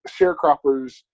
sharecroppers